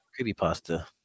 Creepypasta